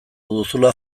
duzula